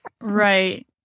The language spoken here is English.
Right